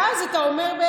ואז אתה אומר: